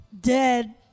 dead